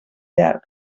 llarg